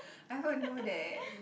I vote no then